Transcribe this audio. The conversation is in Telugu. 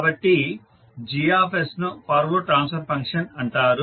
కాబట్టి G ను ఫార్వర్డ్ ట్రాన్స్ఫర్ ఫంక్షన్ అంటారు